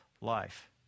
life